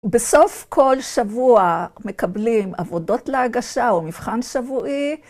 בסוף כל שבוע מקבלים עבודות להגשה או מבחן שבועי.